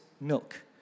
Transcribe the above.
milk